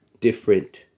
different